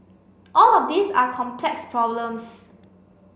all of these are complex problems